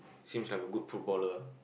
seems like a good footballer